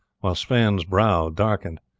while sweyn's brow darkened.